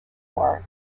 war